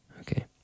okay